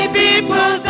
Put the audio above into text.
people